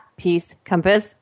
peacecompass